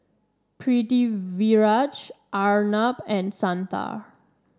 Pritiviraj Arnab and Santha